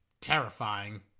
terrifying